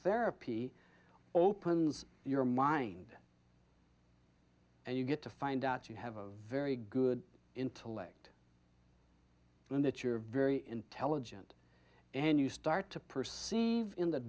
therapy opens your mind and you get to find out you have a very good intellect and that you're very intelligent and you start to perceive in the